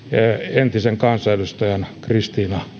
entisen kansanedustajan christina